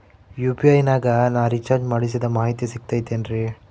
UPI ನಾಗ ನಾ recharge ಮಾಡಿಸಿದ ಮಾಹಿತಿ ಸಿಕ್ತದೆ ಏನ್ರಿ?